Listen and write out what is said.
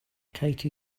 katie